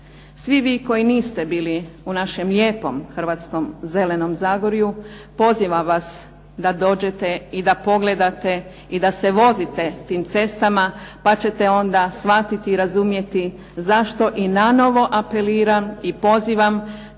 Svi vi koji niste bili u našem lijepom Hrvatskom zelenom zagorju pozivam vas da dođete i da pogledate i da se vozite tim cestama pa ćete onda shvatiti i razumjeti zašto i na novo apeliram i pozivam